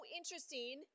interesting